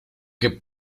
que